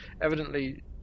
evidently